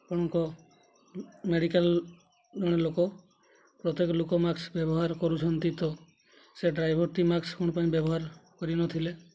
ଆପଣଙ୍କ ମେଡ଼ିକାଲ୍ ଜଣେ ଲୋକ ପ୍ରତ୍ୟେକ ଲୋକ ମାସ୍କ୍ ବ୍ୟବହାର କରୁଛନ୍ତି ତ ସେ ଡ୍ରାଇଭର୍ଟି ମାସ୍କ୍ କ'ଣ ପାଇଁ ବ୍ୟବହାର କରିନଥିଲେ